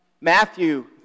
Matthew